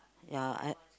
ya I